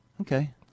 Okay